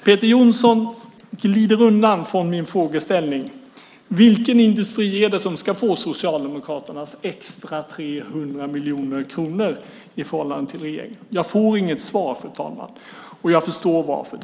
Peter Jonsson glider undan min frågeställning. Vilken industri är det som ska få Socialdemokraternas extra 300 miljoner kronor? Jag får inget svar, fru talman, och jag förstår varför.